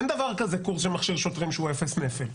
אין דבר כזה קורס שמכשיר שוטרים שהוא אפס נפל.